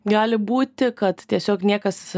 gali būti kad tiesiog niekas